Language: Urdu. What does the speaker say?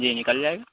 جی نکل جائے گا